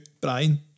Brian